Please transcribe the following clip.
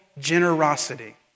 generosity